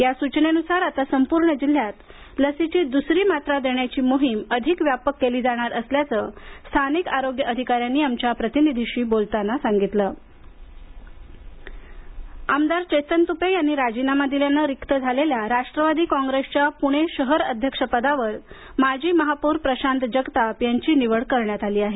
या सूचनेनुसार आता संपूर्ण जिल्ह्यात लसीची दुसरी मात्रा देण्याची मोहीम अधिक व्यापक केली जाणार असल्याचं स्थानिक आरोग्य अधिकाऱ्यांनी आमच्या प्रतिनिधीशी बोलताना सांगितलं जगताप आमदार चेतन तुपे यांनी राजीनामा दिल्यामुळे रिक्त झालेल्या राष्ट्रवादी काँग्रेसच्या पुणे शहराध्यक्षपदी माजी महापौर प्रशांत जगताप यांची निवड करण्यात आली आहे